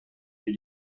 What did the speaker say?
für